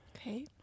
Okay